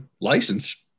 license